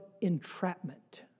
entrapment